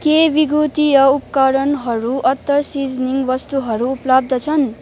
के विद्युतीय उपकरणहरू अत्तर सिजनिङ वस्तुहरू उपलब्ध छन्